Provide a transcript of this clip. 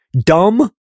dumb